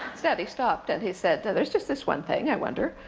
instead he stopped, and he said, there's just this one thing, i wonder,